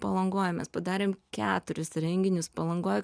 palangoj mes padarėm keturis renginius palangoj